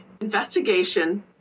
investigation